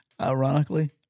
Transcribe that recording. Ironically